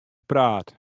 praat